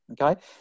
okay